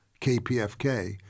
KPFK